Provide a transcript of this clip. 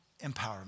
empowerment